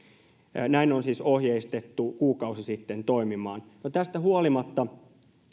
näin on siis ohjeistettu kuukausi sitten toimimaan no tästä huolimatta